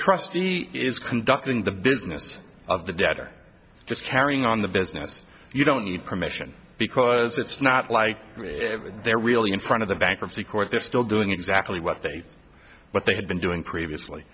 trustee is conducting the business of the debtor just carrying on the business you don't need permission because it's not like they're really in front of the bankruptcy court they're still doing exactly what they what they had been doing previously